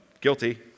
Guilty